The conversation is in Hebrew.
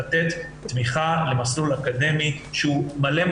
לתת תמיכה למסלול אקדמי שהוא מלא,